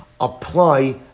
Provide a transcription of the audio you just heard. apply